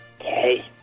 Okay